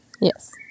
Yes